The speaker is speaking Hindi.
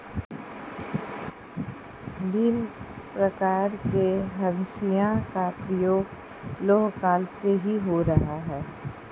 भिन्न प्रकार के हंसिया का प्रयोग लौह काल से ही हो रहा है